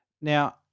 now